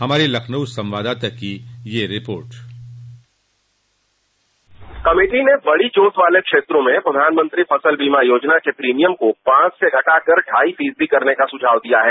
हमारे लखनऊ संवाददाता की एक रिपोर्ट कमिटी ने बड़ी जोत वाले क्षेत्रों में प्रधानमंत्री फसल बीमा योजना के प्रीमियम को पांच से घटाकर ढ़ाई फीसदी करने का सुझाव दिया है